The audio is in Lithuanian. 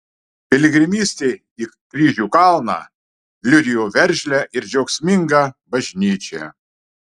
piligrimystė į kryžių kalną liudijo veržlią ir džiaugsmingą bažnyčią